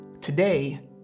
today